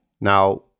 Now